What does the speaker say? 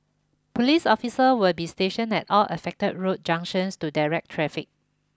police officer will be stationed at all affected road junctions to direct traffic